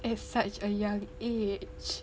at such a young age